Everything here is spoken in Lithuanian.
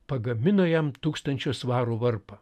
pagamino jam tūkstančio svarų varpą